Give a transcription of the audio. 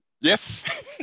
Yes